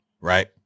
right